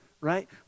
right